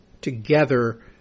together